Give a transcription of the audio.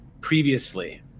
previously